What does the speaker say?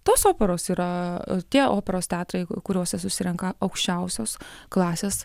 tos operos yra tie operos teatrai kuriose susirenka aukščiausios klasės